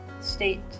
state